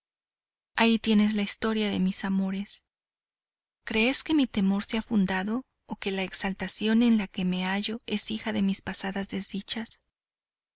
ahí tienes la historia de mis amores crees que mi temor sea fundado o que la exaltación en que me hallo es hija de mis pasadas desdichas